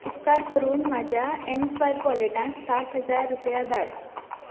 उपकार करून म्हज्या एम स्वायप वॉलेटांत साठ हजार रुपया धाड